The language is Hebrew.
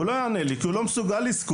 הוא לא יענה לי כי הוא לא מסוגל לזכור.